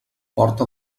porta